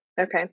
Okay